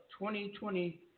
2020